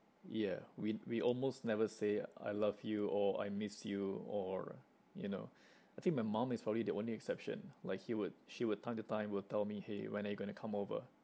yeah we we almost never say I love you or I miss you or you know I think my mum is probably the only exception like he would she would time to time will tell me !hey! when are you gonna come over